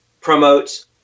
promotes